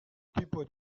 tipo